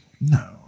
No